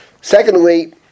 Secondly